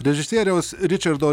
režisieriaus ričardo